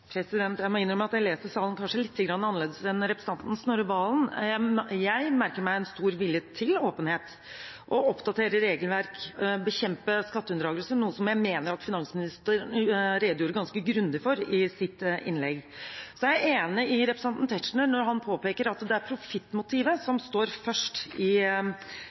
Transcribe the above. Snorre Serigstad Valen. Jeg merker meg en stor vilje til åpenhet, til å oppdatere regelverk og bekjempe skatteunndragelse, noe som jeg mener at finansministeren redegjorde ganske grundig for i sitt innlegg. Så er jeg enig med representanten Tetzschner når han påpeker at det er profittmotivet som står først i